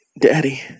Daddy